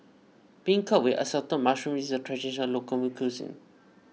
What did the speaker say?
Beancurd with Assorted Mushrooms is a Traditional Local Cuisine